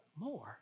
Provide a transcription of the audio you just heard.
More